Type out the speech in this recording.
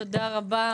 תודה רבה.